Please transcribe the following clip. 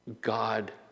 God